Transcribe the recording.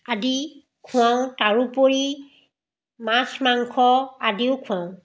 আদি খোৱাওঁ তাৰোপৰি মাছ মাংস আদিও খোৱাওঁ